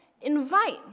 Invite